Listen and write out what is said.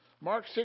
Mark